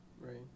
Right